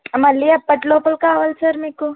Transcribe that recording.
మళ్ళీ ఎప్పటిలోపల కావాలి సర్ మీకు